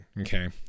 okay